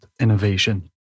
innovation